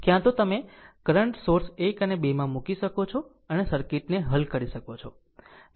ક્યાં તો તમે કરંટ સોર્સ 1 અને 2 માં મૂકી શકો છો અને સર્કિટને હલ કરી શકો છો